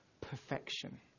perfection